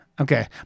Okay